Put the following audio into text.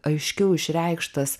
aiškiau išreikštas